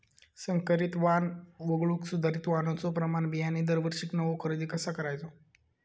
संकरित वाण वगळुक सुधारित वाणाचो प्रमाण बियाणे दरवर्षीक नवो खरेदी कसा करायचो?